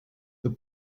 the